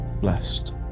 blessed